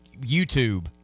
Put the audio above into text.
YouTube